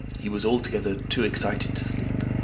he was altogether too excited to sleep.